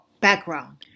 background